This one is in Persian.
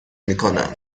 میکنم